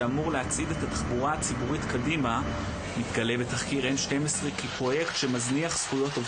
קודם כל תודה רבה שהבאת הסיפור הזה של האנשים הכי שקופים שנמצאים בעולם.